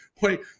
wait